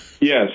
Yes